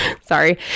Sorry